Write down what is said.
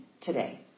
today